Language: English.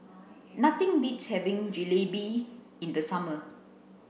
nothing beats having Jalebi in the summer